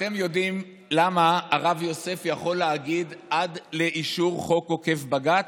אתם יודעים למה הרב יוסף יכול להגיד: "עד לאישור חוק עוקף בג"ץ"?